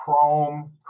chrome